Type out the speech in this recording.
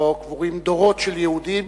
שבו קבורים דורות של יהודים.